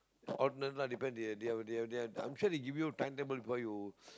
alternate lah depend they they they I'm sure they give you timetable before you